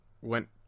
went